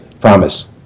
Promise